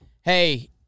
Hey –